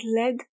led